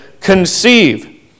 conceive